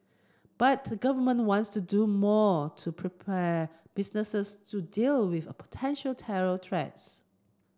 but the Government wants to do more to prepare businesses to deal with a potential terror threats